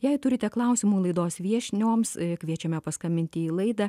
jei turite klausimų laidos viešnioms kviečiame paskambinti į laidą